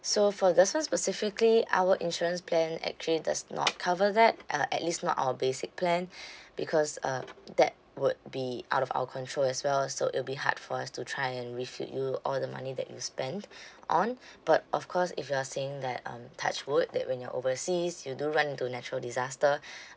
so for this [one] specifically our insurance plan actually does not cover that uh at least not our basic plan because um that would be out of our control as well so it'll be hard for us to try and refute you all the money that you spent on but of course if you are saying that um touch wood that when you're overseas you do run into natural disaster